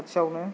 खाथियावनो